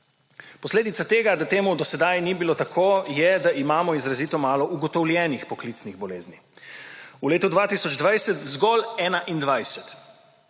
Posledica tega, da to do sedaj ni bilo tako, je, da imamo izrazito malo ugotovljenih poklicnih bolezni – v letu 2020 zgolj 21.